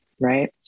right